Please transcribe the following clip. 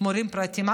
מורים פרטיים.